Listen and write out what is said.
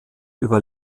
über